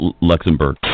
Luxembourg